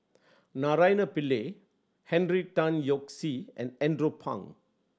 Naraina Pillai Henry Tan Yoke See and Andrew Phang